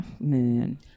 man